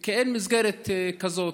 כי אין מסגרת כזאת.